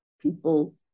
people